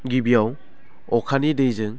गिबियाव अखानि दैजों